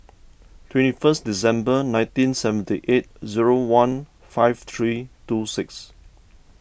twenty first December nineteen seventy eight zero one five three two six